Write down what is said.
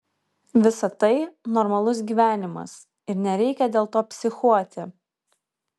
visa tai normalus gyvenimas ir nereikia dėl to psichuoti